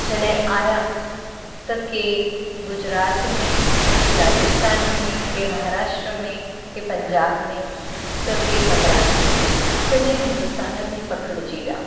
जॾहिं आहियां त कंहिं गुजरात में कंहिं राजस्थान में कंहिं महाराष्ट्र में कंहिं पंजाब में त कंहिं मद्रास में सॼे हिंदुस्तान में पखिड़िजी विया